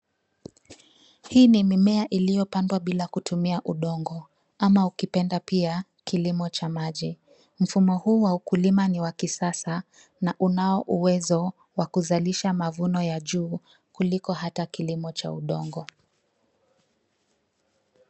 Hii ni mimea iliyopandwa bila kutumia udongo ama ukipenda pia kilimo cha maji. Mfumo huu wa ukulima ni wa kisasa na unao uwezo wa kuzalisha mavuno ya juu kuliko hata kilimo cha udongo.